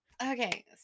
Okay